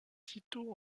tito